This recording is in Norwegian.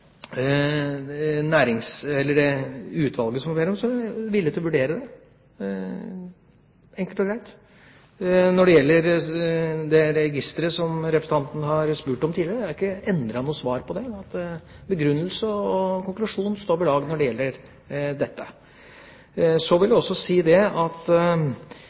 det utvalget som man ber om, er jeg villig til å vurdere det – enkelt og greit. Når det gjelder registeret, som representanten har spurt om tidligere, har jeg ikke endret svaret på det. Begrunnelse og konklusjon står ved lag. Så vil jeg også si at jeg har forhåpninger om at